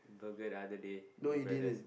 burger the other day with my brothers